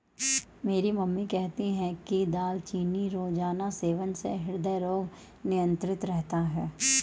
मेरी मम्मी कहती है कि दालचीनी रोजाना सेवन से हृदय रोग नियंत्रित रहता है